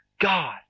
God